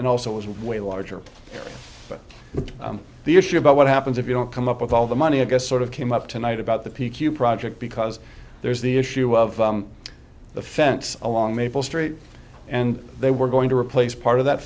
and also it was way larger but the issue about what happens if you don't come up with all the money i guess sort of came up tonight about the p q project because there's the issue of the fence along maple street and they were going to replace part of that